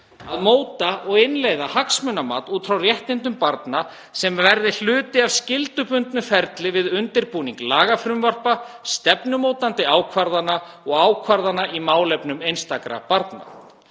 að móta og innleiða hagsmunamat út frá réttindum barna sem verði hluti af skyldubundnu ferli við undirbúning lagafrumvarpa, stefnumótandi ákvarðana og ákvarðana í málefnum einstakra barna,